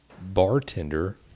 bartender